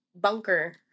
bunker